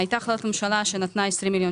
הייתה החלטת ממשלה שנתנה 20 מיליון